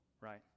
Right